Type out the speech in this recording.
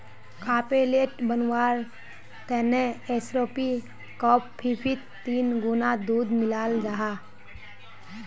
cafe latte बनवार तने ऐस्प्रो कोफ्फीत तीन गुणा दूध मिलाल जाहा